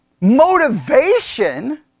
motivation